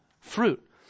fruit